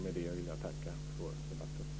Med det vill jag tacka för debatten.